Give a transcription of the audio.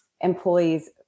employees